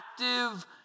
active